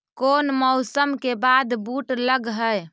कोन मौसम के बाद बुट लग है?